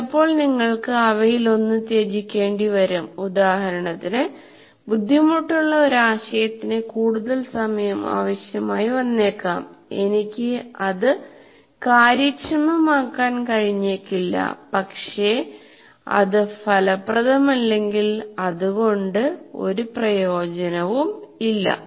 ചിലപ്പോൾ നിങ്ങൾക്ക് അവയിലൊന്ന് ത്യജിക്കേണ്ടി വരും ഉദാഹരണത്തിന് ബുദ്ധിമുട്ടുള്ള ഒരു ആശയത്തിന് കൂടുതൽ സമയം ആവശ്യമായി വന്നേക്കാം എനിക്ക് അത് കാര്യക്ഷമമാക്കാൻ കഴിഞ്ഞേക്കില്ല പക്ഷേ അത് ഫലപ്രദമല്ലെങ്കിൽ അത് കൊണ്ട് ഒരു പ്രയോജനവും ഇല്ല